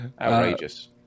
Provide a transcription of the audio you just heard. outrageous